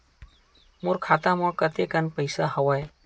मोर खाता म कतेकन पईसा हवय?